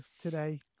today